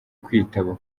kwitaba